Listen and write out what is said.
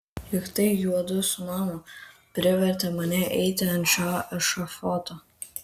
juk tai juodu su mama privertė mane eiti ant šio ešafoto